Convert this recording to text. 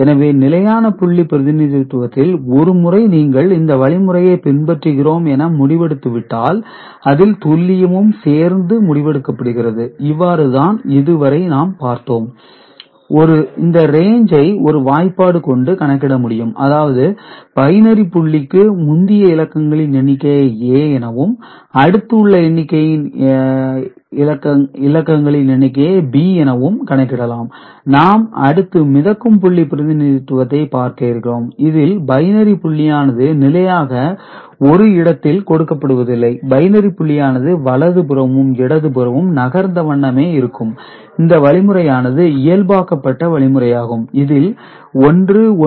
எனவே நிலையான புள்ளி பிரதிநிதித்துவத்தில் ஒருமுறை நீங்கள் இந்த வழிமுறையை பின்பற்றுகிறோம் என முடிவெடுத்துவிட்டால் அதில் துல்லியமும் சேர்ந்து முடிவெடுக்கப்படுகிறது இவ்வாறுதான் இதுவரை நாம் பார்த்தோம் இந்த ரேஞ்ச் ஐ ஒரு வாய்ப்பாடு கொண்டு கணக்கிட முடியும் அதாவது பைனரி புள்ளிக்கு முந்தைய இலக்கங்களின் எண்ணிக்கையை A எனவும் அடுத்து உள்ள எண்ணிக்கையின் எண்ணிக்கையை B எனவும் கணக்கிடலாம் நாம் அடுத்து மிதக்கும் புள்ளி பிரதிநிதித்துவத்தை பார்க்க இருக்கிறோம் இதில் பைனரி புள்ளியானது நிலையாக ஒரு இடத்தில் கொடுக்கப்படுவதில்லை பைனரி புள்ளியானது வலது புறமும் இடது புறமும் நகர்ந்த வண்ணமே இருக்கும் இந்த வழிமுறையானது இயல்பு ஆக்கப்பட்ட வழிமுறையாகும் இதில் 1101